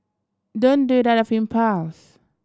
don't do out of impulse